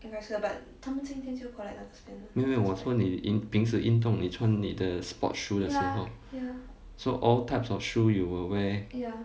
没有没有我说你平时运动你穿你的 sport shoe 的时候 so all types of shoe you will wear